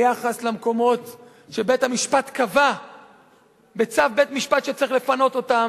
ביחס למקומות שבית-המשפט קבע בצו בית-משפט שצריך לפנות אותם.